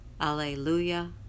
Alleluia